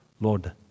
Lord